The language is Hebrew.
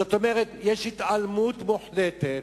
זאת אומרת, יש התעלמות מוחלטת